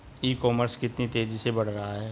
ई commerce कितनी तेजी से बढ़ रहा है?